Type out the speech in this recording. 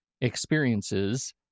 experiences